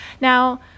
Now